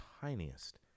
tiniest